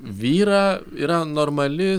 vyrą yra normali